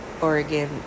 Oregon